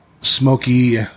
smoky